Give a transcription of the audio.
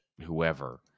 whoever